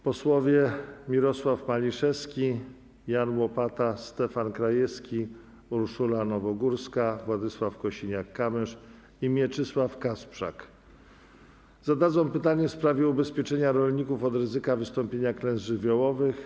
Posłowie Mirosław Maliszewski, Jan Łopata, Stefan Krajewski, Urszula Nowogórska, Władysław Kosiniak-Kamysz i Mieczysław Kasprzak zadadzą pytanie w sprawie ubezpieczenia rolników od ryzyka wystąpienia klęsk żywiołowych.